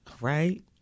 Right